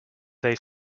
they